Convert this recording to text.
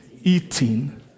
eating